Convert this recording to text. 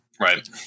Right